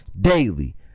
daily